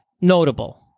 notable